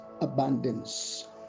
abundance